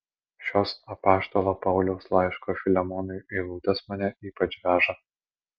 šios apaštalo pauliaus laiško filemonui eilutės mane ypač veža